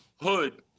hood